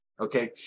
Okay